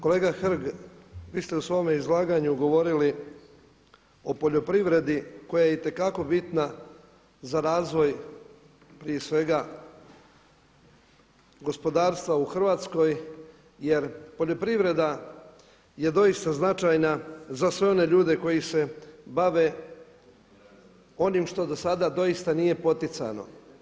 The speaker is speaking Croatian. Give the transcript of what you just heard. kolega Hrg vi ste u svome izlaganju govorili o poljoprivredi koja je itekako bitna za razvoj prije svega gospodarstva u Hrvatskoj jer poljoprivreda je doista značajna za sve one ljude koji se bave onim što do sada doista nije poticano.